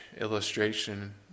illustration